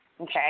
Okay